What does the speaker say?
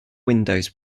windows